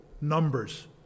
numbers